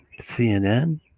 CNN